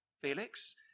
Felix